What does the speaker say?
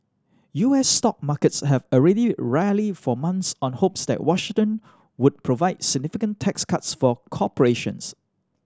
U S stock markets have already rallied for months on hopes that Washington would provide significant tax cuts for corporations